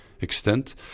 extent